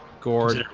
gorg